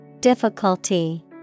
Difficulty